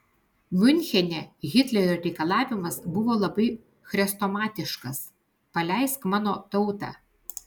miunchene hitlerio reikalavimas buvo labai chrestomatiškas paleisk mano tautą